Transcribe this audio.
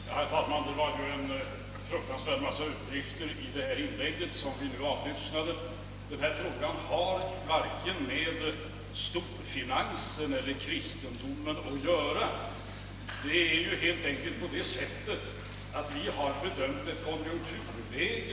Herr talman! Det var en fruktansvärd massa överdrifter i det inlägg som vi nu avlyssnat. Denna fråga har varken med storfinansen eller kristendomen att göra. Vi har helt enkelt gått ut ifrån dagens konjunkturläge.